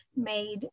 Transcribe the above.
made